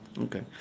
Okay